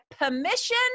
Permission